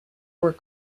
were